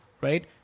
right